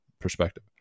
perspective